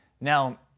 Now